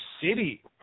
city